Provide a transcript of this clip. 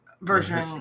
version